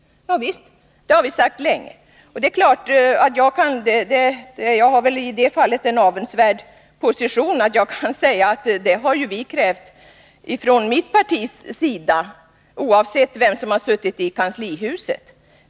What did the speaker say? Ja visst, det har vi sagt länge. Det är klart att jag i det fallet har en avundsvärd position genom att jag kan säga att vi från mitt partis sida krävt detta oavsett vilka som suttit i kanslihuset.